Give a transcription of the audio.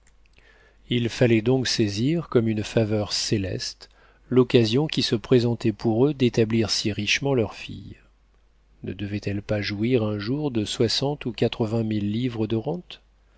il fallait donc saisir comme une faveur céleste l'occasion qui se présentait pour eux d'établir si richement leurs filles ne devaient elles pas jouir un jour de soixante ou quatre-vingt mille livres de rente